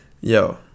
yo